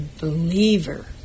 believer